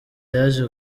yaje